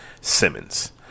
Simmons